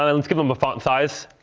and let's give them a font size,